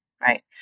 right